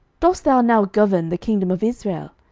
dost thou now govern the kingdom of israel?